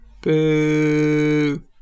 boo